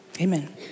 Amen